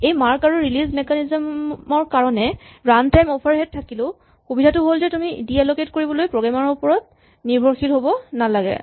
এই মাৰ্ক আৰু release mechanism ৰ কাৰণে ৰানটাইম অভাৰহেড থাকিলেও সুবিধাটো হ'ল যে তুমি ডি এলকেট কৰিবলৈ প্ৰগ্ৰেমাৰ ৰ ওপৰত নিৰ্ভৰ কৰিব নালাগে